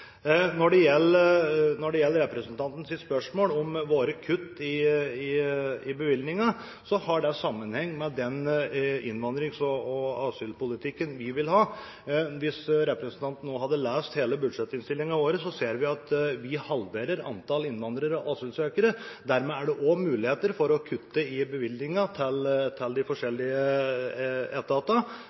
Når det gjelder representantens spørsmål om våre kutt i bevilgningen, har det sammenheng med den innvandrings- og asylpolitikken vi vil ha. Hvis representanten også hadde lest hele budsjettinnstillingen vår, ser en at vi halverer antall innvandrere og asylsøkere. Dermed er det også muligheter for å kutte i bevilgningen til de forskjellige